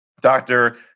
doctor